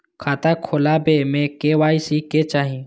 खाता खोला बे में के.वाई.सी के चाहि?